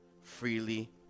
freely